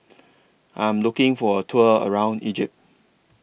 I'm looking For A Tour around Egypt